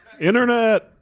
Internet